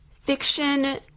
fiction